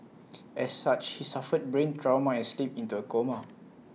as such he suffered brain trauma and slipped into A coma